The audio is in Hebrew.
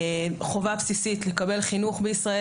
חובה בסיסית לקבל חינוך בישראל,